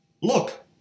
look